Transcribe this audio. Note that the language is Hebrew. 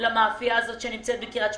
למאפייה הזאת שנמצאת בקרית שמונה,